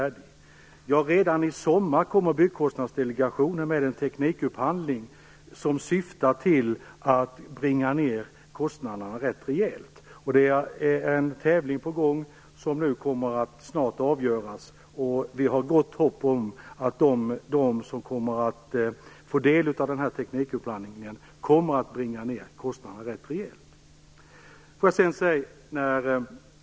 Redan i sommar kommer Byggkostnadsdelegationen med en teknikupphandling som syftar till att bringa ned kostnaderna rejält. En tävling är på gång som snart kommer att avgöras, och vi har gott hopp om att de som får del av teknikupphandlingarna kommer att bringa ned kostnaderna rejält.